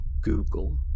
Google